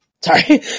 Sorry